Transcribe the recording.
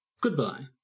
goodbye